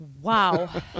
Wow